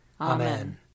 Amen